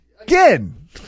Again